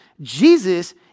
Jesus